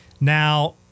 Now